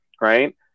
right